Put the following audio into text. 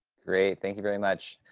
great. thank you very much.